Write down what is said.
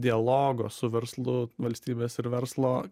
dialogo su verslu valstybės ir verslo